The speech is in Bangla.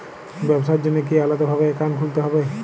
ব্যাবসার জন্য কি আলাদা ভাবে অ্যাকাউন্ট খুলতে হবে?